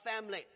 family